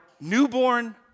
newborn